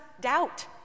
doubt